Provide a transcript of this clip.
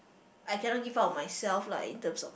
I cannot give up on myself lah in terms of